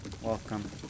Welcome